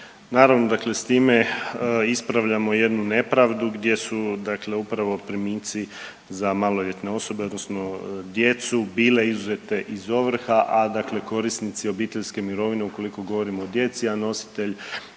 Naravno, dakle s time ispravljamo jednu nepravdu gdje su dakle upravo primici za maloljetne osobe odnosno djecu bile izuzete iz ovrha, a dakle korisnici obiteljske mirovine ukoliko govorimo o djeci, a nositelj